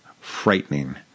frightening